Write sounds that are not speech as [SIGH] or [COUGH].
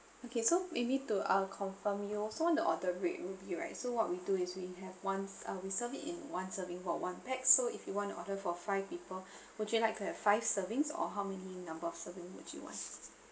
okay so maybe to uh confirm you also want the order red ruby right so what we do is we have once uh we serve it in one serving for one pax so if you want to order for five people [BREATH] would you like to have five servings or how many number of serving would you want